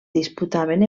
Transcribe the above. disputaven